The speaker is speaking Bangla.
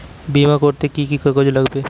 বিমা করতে কি কি কাগজ লাগবে?